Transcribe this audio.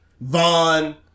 Vaughn